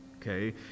okay